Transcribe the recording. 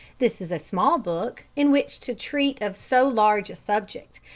this is a small book in which to treat of so large a subject,